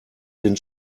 den